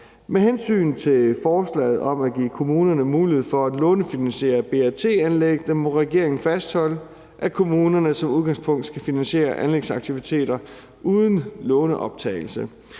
Med hensyn til forslaget om at give kommunerne mulighed for at lånefinansiere BRT-anlæggene må regeringen fastholde, at kommunerne som udgangspunkt skal finansiere anlægsaktiviteter uden lånoptagelse.